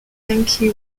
yankee